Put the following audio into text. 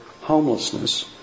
homelessness